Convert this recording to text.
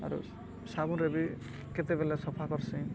ଆରୁ ସାବୁନ୍ରେ ବି କେତେବେଲେ ସଫା କର୍ସି